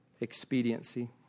Expediency